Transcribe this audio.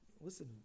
listen